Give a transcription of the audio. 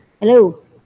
hello